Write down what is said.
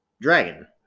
dragon